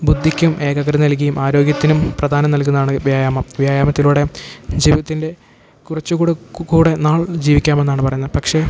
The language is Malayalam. ബുദ്ധിക്കും ഏകാഗ്രത നൽകിയും ആരോഗ്യത്തിനും പ്രധാനം നൽക്കുന്നതാണ് വ്യായാമം വ്യായാമത്തിലൂടെ ജീവിതത്തിൻ്റെ കുറച്ചു കൂടി കൂടി നാൾ ജീവിക്കാമെന്നാണ് പറയുന്നത് പക്ഷേ